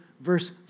verse